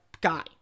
guy